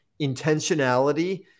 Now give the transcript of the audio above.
intentionality